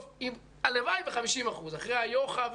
הלוואי ומקבלים בסוף 50%. אחרי היוח"א,